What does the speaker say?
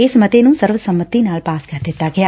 ਇਸ ਮਤੇ ਨੂੰ ਸਰਵਸੰਮਤੀ ਨਾਲ ਪਾਸ ਕਰ ਦਿੱਤਾ ਗਿਆੋ